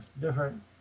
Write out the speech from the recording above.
different